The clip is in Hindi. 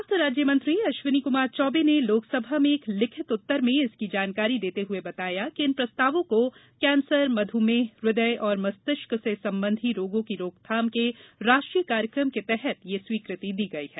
स्वास्थ्य राज्य मंत्री अश्विनी कुमार चौबे ने लोकसभा में एक लिखित उत्तर में इसकी जानकारी देते हुए बताया कि इन प्रस्तावों को कैंसर मधुमेह हृदय और मस्तिष्क से संबंधी रोगों की रोकथाम के राष्ट्रीय कार्यक्रम के तहत ये स्वीकृत दी गई हैं